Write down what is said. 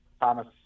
Thomas